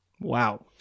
Wow